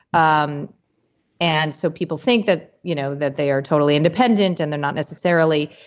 um and so people think that you know that they are totally independent and they're not necessarily.